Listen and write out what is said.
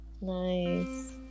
Nice